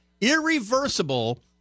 irreversible